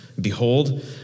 Behold